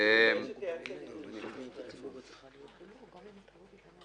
אני לא יודע איך לטפל בדבר הזה כי הוא רחב היקף.